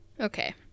Okay